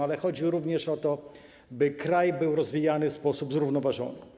Ale chodzi również o to, by kraj był rozwijany w sposób zrównoważony.